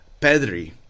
Pedri